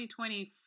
2020